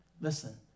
listen